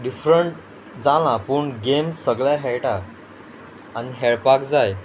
different जाला पूण game सगळे हेळटा आनी हेळपाक जाय